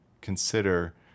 consider